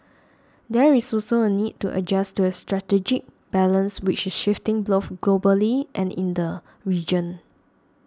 there is also a need to adjust to a strategic balance which is shifting glof globally and in the region